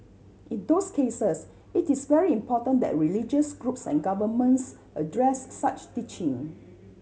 in those cases it is very important that religious groups and governments address such teaching